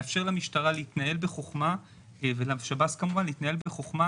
מאפשר למשטרה ולשב"ס להתנהל בחכמה,